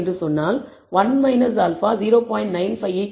95 ஐ குறிக்கும்